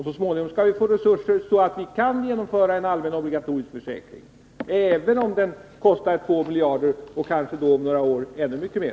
Så småningom skall vi få sådana resurser att vi kan genomföra en allmän obligatorisk försäkring — även om den kostar 2 miljarder kronor, och kanske om några år ännu mycket mer.